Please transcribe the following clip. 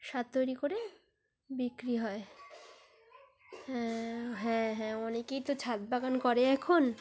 সার তৈরি করে বিক্রি হয় হ্যাঁ হ্যাঁ হ্যাঁ অনেকেই তো ছাদ বাগান করে এখন